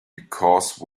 because